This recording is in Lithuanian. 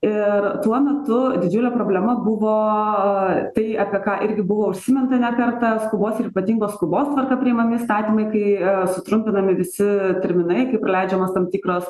ir tuo metu didžiulė problema buvo tai apie ką irgi buvo užsiminta ne kartą skubos ir ypatingos skubos tvarka priimami įstatymai kai sutrumpinami visi terminai kai praleidžiamos tam tikros